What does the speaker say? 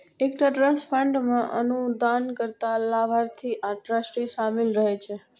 एकटा trust fund मे अनुदानकर्ता, लाभार्थी आ ट्रस्टी शामिल रहै छै